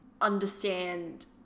understand